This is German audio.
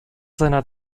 seiner